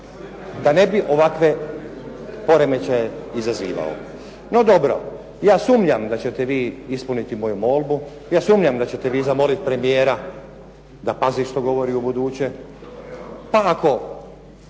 da ne bi ovakve poremećaje izazivao. No dobro. Ja sumnjam da ćete vi ispuniti moju molbu, ja sumnjam da ćete vi zamoliti premijera da pazi što govori ubuduće, pa ako